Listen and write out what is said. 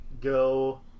go